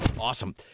Awesome